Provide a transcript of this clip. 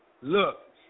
Look